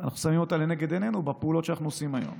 ואנחנו שמים אותה לנגד עינינו בפעולות שאנחנו עושים היום.